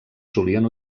solien